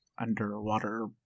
underwater